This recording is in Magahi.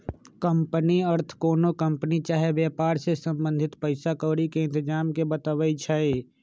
कंपनी अर्थ कोनो कंपनी चाही वेपार से संबंधित पइसा क्औरी के इतजाम के बतबै छइ